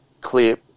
clip